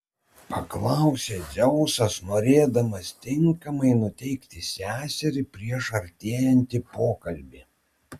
paklausė dzeusas norėdamas tinkamai nuteikti seserį prieš artėjantį pokalbį